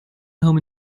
home